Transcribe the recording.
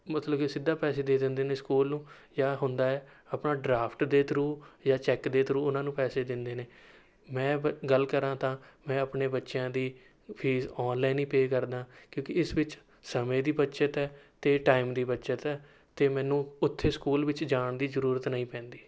ਮਤਲਬ ਕਿ ਸਿੱਧਾ ਪੈਸੇ ਦੇ ਦਿੰਦੇ ਨੇ ਸਕੂਲ ਨੂੰ ਜਾਂ ਹੁੰਦਾ ਹੈ ਆਪਣਾ ਡਰਾਫਟ ਦੇ ਥਰੂ ਜਾਂ ਚੈੱਕ ਦੇ ਥਰੂ ਉਨ੍ਹਾਂ ਨੂੰ ਪੈਸੇ ਦਿੰਦੇ ਨੇ ਮੈਂ ਵ ਗੱਲ ਕਰਾਂ ਤਾਂ ਮੈਂ ਆਪਣੇ ਬੱਚਿਆਂ ਦੀ ਫ਼ੀਸ ਔਨਲਾਈਨ ਹੀ ਪੇਅ ਕਰਦਾਂ ਕਿਉਂਕਿ ਇਸ ਵਿੱਚ ਸਮੇਂ ਦੀ ਬੱਚਤ ਹੈ ਅਤੇ ਟਾਇਮ ਦੀ ਬੱਚਤ ਹੈ ਅਤੇ ਮੈਨੂੰ ਉੱਥੇ ਸਕੂਲ ਵਿੱਚ ਜਾਣ ਦੀ ਜ਼ਰੂਰਤ ਨਹੀਂ ਪੈਂਦੀ